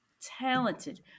talented